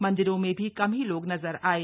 मंदिरों में भी कम ही लोग नजर आये